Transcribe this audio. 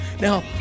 Now